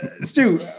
Stu